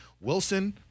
Wilson